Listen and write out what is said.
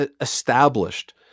established